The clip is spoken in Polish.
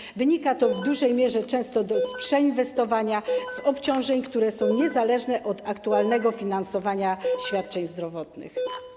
Często wynika to w dużej mierze z przeinwestowania i z obciążeń, które są niezależne od aktualnego finansowania świadczeń zdrowotnych.